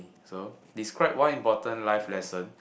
so describe one important life lesson